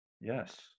Yes